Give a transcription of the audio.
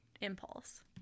impulse